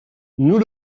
nous